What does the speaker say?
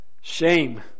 Shame